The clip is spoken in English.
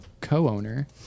co-owner